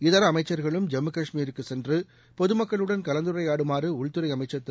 இதர அமைச்சர்களும் ஜம்மு கஷ்மீருக்கு சென்று பொதுமக்களுடன் கலந்துரையாடுமாறு உள்துறை அமைச்சர் திரு